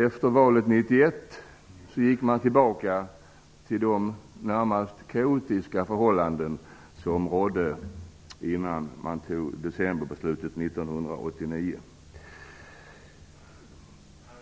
Efter valet 1991 gick man tillbaka till de närmast kaotiska förhållanden som rådde före decemberbeslutet 1989,